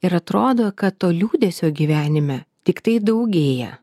ir atrodo kad to liūdesio gyvenime tiktai daugėja